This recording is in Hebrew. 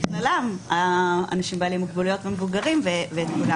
בכללם אנשים בעלי מוגבלויות ומבוגרים ואת כולם.